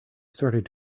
started